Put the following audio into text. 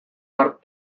bart